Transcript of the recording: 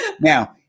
Now